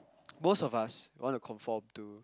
most of us wanna conform to